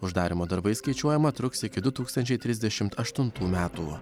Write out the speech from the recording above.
uždarymo darbai skaičiuojama truks iki du tūkstančiai trisdešimt aštuntų metų